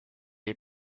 est